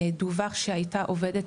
דווח שהייתה עובדת